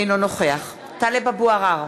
אינו נוכח טלב אבו עראר,